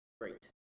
great